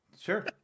Sure